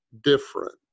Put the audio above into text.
Different